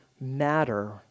matter